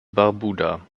barbuda